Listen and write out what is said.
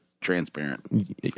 transparent